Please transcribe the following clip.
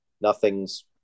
nothing's